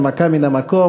הנמקה מן המקום.